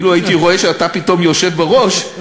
אילו ראיתי שאתה פתאום יושב בראש,